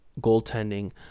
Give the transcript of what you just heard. goaltending